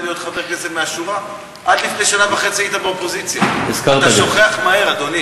לביטוח סיעוד של קופות-החולים בגיל 60 או